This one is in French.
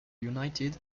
united